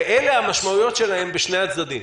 ואלה המשמעויות שלהם בשני הצדדים.